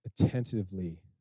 attentively